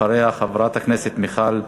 ואחריה, חברת הכנסת מיכל רוזין.